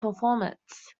performance